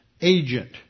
agent